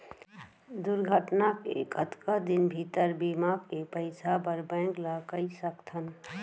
दुर्घटना के कतका दिन भीतर बीमा के पइसा बर बैंक ल कई सकथन?